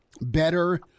better